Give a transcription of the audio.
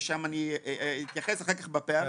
ואני אתייחס אחר כך בפערים.